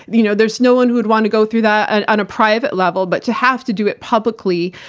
you know there's no one who would want to go through that ah on a private level, but to have to do it publicly,